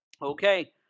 Okay